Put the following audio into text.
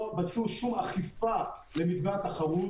לא ביצעו שום אכיפה למתווה התחרות,